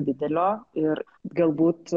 didelio ir galbūt